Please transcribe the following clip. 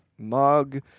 mug